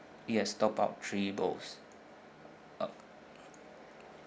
yes top up three bowls uh